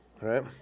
Right